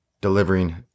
delivering